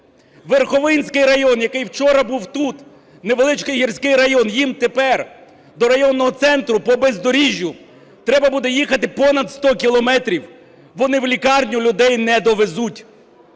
Верховинський район, який вчора був ,тут невеличкий гірський район, їм тепер до районного центру по бездоріжжю треба буде їхати понад 100 кілометрів. Вони в лікарню людей не довезуть.